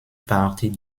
partie